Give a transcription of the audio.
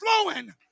flowing